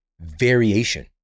variation